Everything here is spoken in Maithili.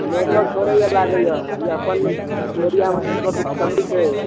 नेटवर्क छोड़ैया लागैया अपन एरियामे नेटवर्कके कमी छै